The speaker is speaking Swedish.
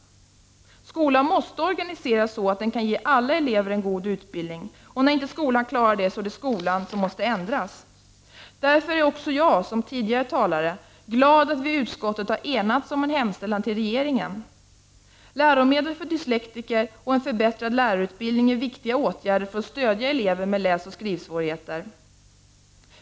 Skolan måsta organiseras så att den kan ge alla elever en god utbildning, och när inte skolan klarar det så är det skolan som måste ändras. Därför är också jag, liksom tidigare talare, glad att vi i utskottet har enats om en hemställan till regeringen. Läromedel för dyslektiker och en förbättrad lärarutbildning är viktiga åtgärder för att stödja elever med läsoch skrivsvårigheter.